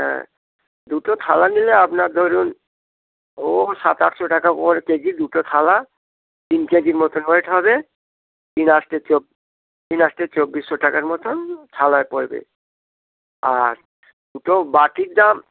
হ্যাঁ দুটো থালা নিলে আপনার ধরুন ও সাত আটশো টাকা পর কেজি দুটো থালা তিন কেজির মতন হয়ে হবে তিন আস্টে তিন আশ্টে চব্বিশশো টাকার মতন থালায় পড়বে আর দুটো বাটির দাম